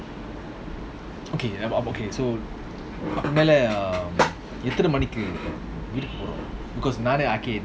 okay about okay so அதனாலஎத்தனமணிக்கு:adhanala ethana manikku